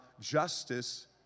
justice